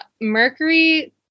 Mercury